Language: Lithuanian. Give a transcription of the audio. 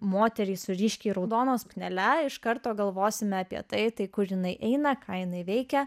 moterį su ryškiai raudona suknele iš karto galvosime apie tai tai kur jinai eina ką jinai veikia